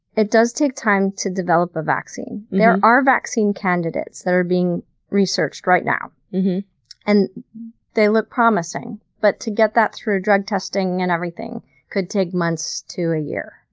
it does take time to develop a vaccine. there are vaccine candidates that are being researched right now and they look promising, but to get that through drug testing and everything could take months to a year.